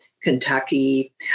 Kentucky